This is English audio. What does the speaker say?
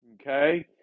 okay